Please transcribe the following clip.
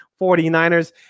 49ers